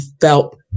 felt